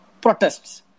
protests